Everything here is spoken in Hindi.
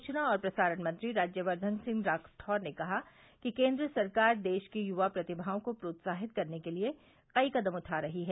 सूचना और प्रसारण मंत्री राज्यवर्धन सिंह राठौड़ ने कहा कि केन्द्र सरकार देश की युवा प्रतिभाओं को प्रोत्साहित करने के लिए कई कदम उठा रही है